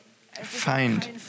find